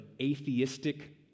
atheistic